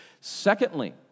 secondly